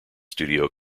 studio